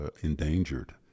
endangered